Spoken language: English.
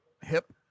hip